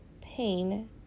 pain